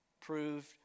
proved